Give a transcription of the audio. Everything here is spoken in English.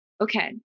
okay